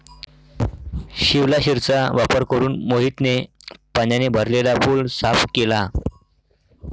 शिवलाशिरचा वापर करून मोहितने पाण्याने भरलेला पूल साफ केला